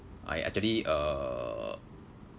I actually uh